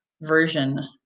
version